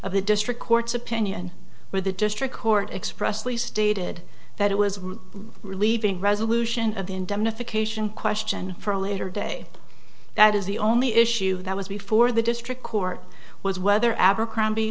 of the district court's opinion where the district court expressly stated that it was relieving resolution of the indemnification question for a later day that is the only issue that was before the district court was whether abercrombie